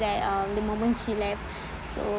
that um the moment she left so